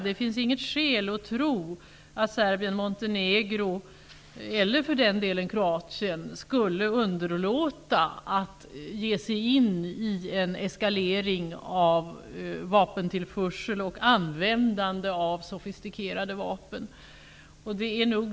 Det finns inget skäl att tro att Serbien-Montenegro eller för den delen Kroatien skulle underlåta att ge sig in i en eskalering av vapentillförsel och användande av sofistikerade vapen.